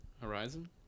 Horizon